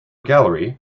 gallery